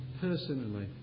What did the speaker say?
personally